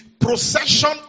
procession